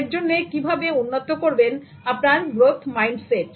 এর জন্য কিভাবে উন্নত করবেন আপনার গ্রোথ মাইন্ডসেট